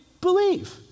Believe